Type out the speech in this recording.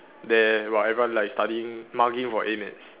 there while everyone like studying mugging for A math